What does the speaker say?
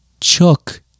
Chuck